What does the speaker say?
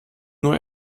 nur